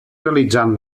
realitzant